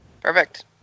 Perfect